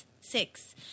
six